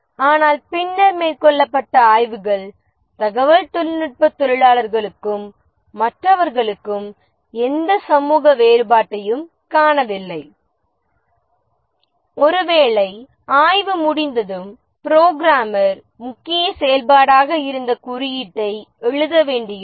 ஆனால் பின்னர் மேற்கொள்ளப்பட்ட ஆய்வுகள் தகவல் தொழில்நுட்பத் தொழிலாளர்களுக்கும் மற்றவர்களுக்கும் எந்த சமூக வேறுபாட்டையும் காணவில்லை ஒருவேளை ஆய்வு முடிந்ததும் புரோகிராமர் முக்கிய செயல்பாடாக இருந்த குறியீட்டை எழுத வேண்டியிருக்கும்